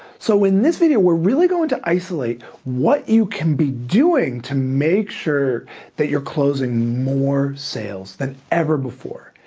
so in this video we're really going to isolate what you can be doing to make sure that you're closing more sales than ever before.